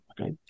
Okay